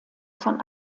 von